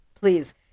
please